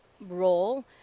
role